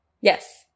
Yes